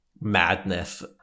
madness